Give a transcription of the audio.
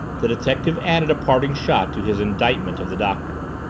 the detective added a parting shot to his indictment of the doctor.